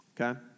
Okay